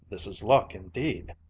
this is luck indeed!